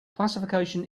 classification